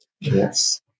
yes